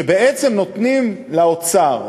שבעצם נותנים לאוצר,